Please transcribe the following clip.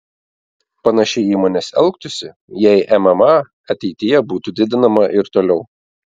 panašiai įmonės elgtųsi jei mma ateityje būtų didinama ir toliau